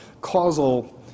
causal